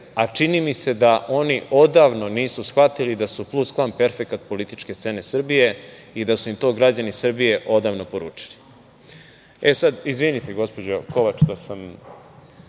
a čini mi se da oni odavno nisu shvatili da su pluskvamperfekat političke scene Srbije i da su im to građani Srbije odavno poručili. Sad, izvinite gospođo Kovač što sam